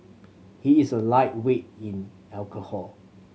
he is a lightweight in alcohol